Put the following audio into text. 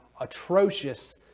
atrocious